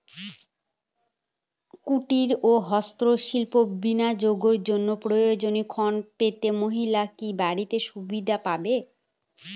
কুটীর ও হস্ত শিল্পে বিনিয়োগের জন্য প্রয়োজনীয় ঋণ পেতে মহিলারা কি বাড়তি সুবিধে পাবেন?